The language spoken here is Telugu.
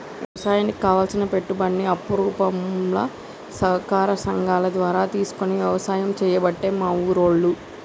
వ్యవసాయానికి కావలసిన పెట్టుబడిని అప్పు రూపంల సహకార సంగాల ద్వారా తీసుకొని వ్యసాయం చేయబట్టే మా ఉల్లోళ్ళు